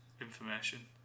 Information